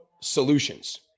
solutions